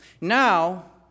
Now